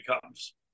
becomes